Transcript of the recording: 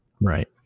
Right